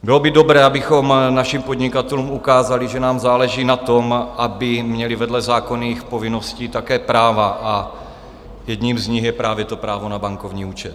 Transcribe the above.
Bylo by dobré, abychom našim podnikatelům ukázali, že nám záleží na tom, aby měli vedle zákonných povinností také práva, a jedním z nich je právě právo na bankovní účet.